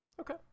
Okay